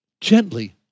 gently